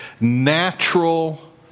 natural